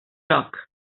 joc